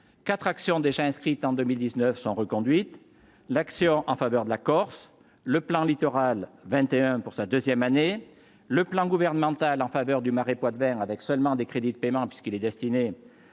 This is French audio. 4 actions déjà inscrite en 2019 sont reconduites l'action en faveur de la Corse, le plan littoral 21 pour sa 2ème année, le plan gouvernemental en faveur du Marais Poitevin avec seulement des crédits de paiement puisqu'il est destiné à se